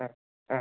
ம்ம்